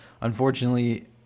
Unfortunately